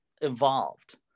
evolved